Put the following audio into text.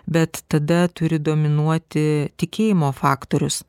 bet tada turi dominuoti tikėjimo faktorius